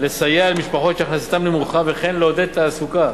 לסייע למשפחות שהכנסתן נמוכה וכן לעודד תעסוקה